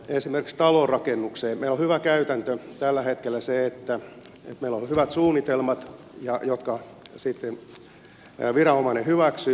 meillä on hyvä käytäntö tällä hetkellä se että meillä on hyvät suunnitelmat jotka sitten viranomainen hyväksyy